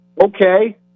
okay